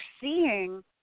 seeing